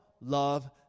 love